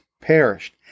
perished